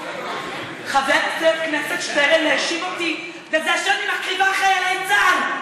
חבר הכנסת שטרן האשים אותי בזה שאני מקריבה חיילי צה"ל.